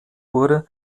wurde